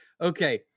Okay